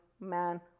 man